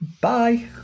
bye